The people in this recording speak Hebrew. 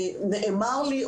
נאמר לי,